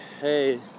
hey